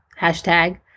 hashtag